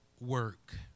work